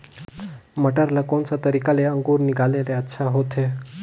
मटर ला कोन सा तरीका ले अंकुर निकाले ले अच्छा होथे?